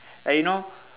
like you know